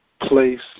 place